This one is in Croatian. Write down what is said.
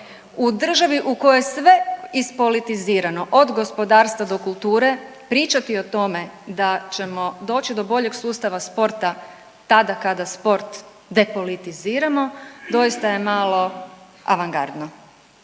u državi u kojoj je sve ispolitizirano od gospodarstva do kulture pričati o tome da ćemo doći do boljeg sustava sporta tada kada sport depolitiziramo doista je malo avangardno,